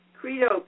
Credo